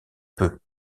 peu